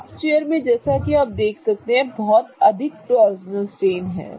half chair में जैसा कि आप देख सकते हैं कि बहुत अधिक टॉर्सनल स्ट्रेन है